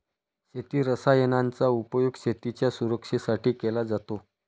शेती रसायनांचा उपयोग शेतीच्या सुरक्षेसाठी केला जातो